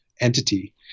entity